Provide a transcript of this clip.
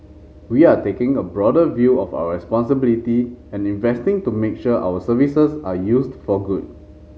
we are taking a broader view of our responsibility and investing to make sure our services are used for good